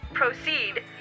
Proceed